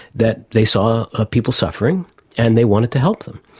that they saw people suffering and they wanted to help them.